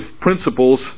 principles